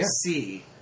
see